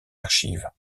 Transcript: archives